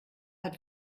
hat